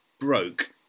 broke